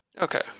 Okay